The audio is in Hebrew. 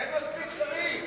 אין מספיק שרים.